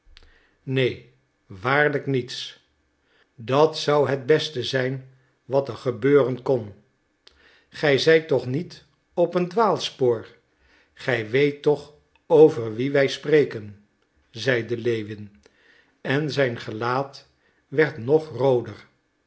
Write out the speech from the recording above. neen waarlijk niets dat zou het beste zijn wat er gebeuren kon gij zijt toch niet op een dwaalspoor gij weet toch over wie wij spreken zeide lewin en zijn gelaat werd nog rooder